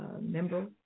member